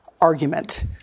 argument